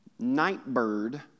Nightbird